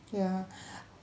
ya